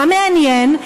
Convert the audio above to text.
מה מעניין?